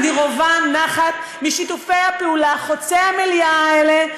אני רווה נחת משיתופי הפעולה חוצי-המליאה האלה.